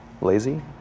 lazy